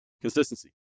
consistency